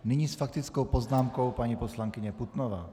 Nyní s faktickou poznámkou paní poslankyně Putnová.